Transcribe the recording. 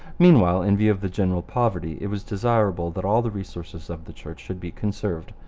meanwhile, in view of the general poverty it was desirable that all the resources of the church should be conserved.